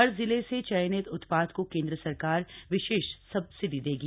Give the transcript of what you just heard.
हर जिले से चयनित उत्पाद को केंद्र सरकार विशेष सब्सिडी देगा